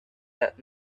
that